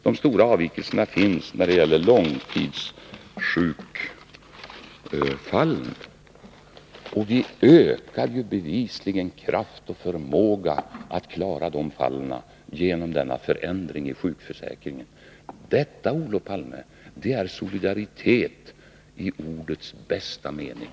De stora avvikelserna finns när det gäller långtidssjukfallen. Vi ökar bevisligen kraften och förmågan att klara de fallen genom denna förändring i sjukförsäkringen. Detta är, Olof Palme, solidaritet i ordets bästa mening.